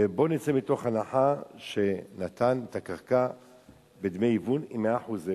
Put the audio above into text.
בואו נצא מתוך הנחה שהוא נתן את הקרקע בדמי היוון עם 100% לבנייה.